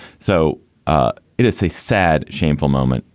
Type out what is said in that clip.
so ah it is a sad, shameful moment.